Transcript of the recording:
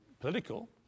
political